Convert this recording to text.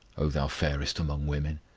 o thou fairest among women?